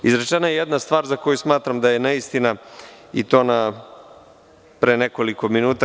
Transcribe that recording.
Izrečena je jedna stvar za koju smatram da je neistina i to pre nekoliko minuta.